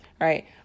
right